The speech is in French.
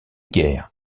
guerre